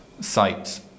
sites